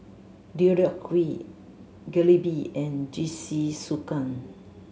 Deodeok Gui Jalebi and Jingisukan